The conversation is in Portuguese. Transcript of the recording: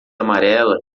amarela